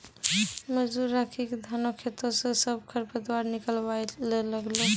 मजदूर राखी क धानों खेतों स सब खर पतवार निकलवाय ल लागलै